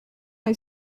est